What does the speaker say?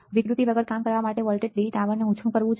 વિકૃતિ વગર કામ કરવા માટે વોલ્ટેજ d ટાવરને ઓછું કરવું એ છે